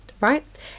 right